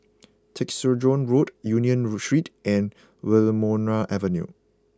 Tessensohn Road Union Street and Wilmonar Avenue